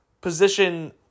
position